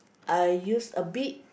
I use a bit